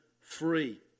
free